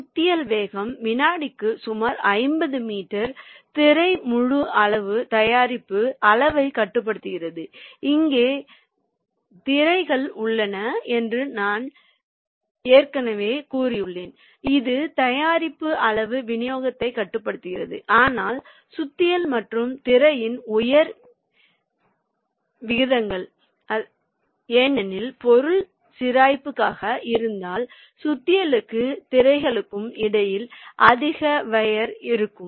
சுத்தியல் வேகம் வினாடிக்கு சுமார் 50 மீட்டர் திரை முழு அளவு தயாரிப்பு அளவைக் கட்டுப்படுத்துகிறது இங்கே திரைகள் உள்ளன என்று நான் ஏற்கனவே கூறியுள்ளேன் இது தயாரிப்பு அளவு விநியோகத்தை கட்டுப்படுத்துகிறது ஆனால் சுத்தியல் மற்றும் திரையின் உயர் வீர் விகிதங்கள் ஏனெனில் பொருள் சிராய்ப்பாக இருந்தால் சுத்தியலுக்கும் திரைகளுக்கும் இடையில் அதிக வெயிர் இருக்கும்